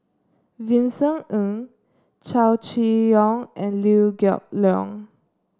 Vincent Ng Chow Chee Yong and Liew Geok Leong